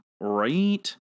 right